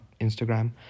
Instagram